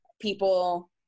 people